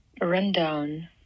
rundown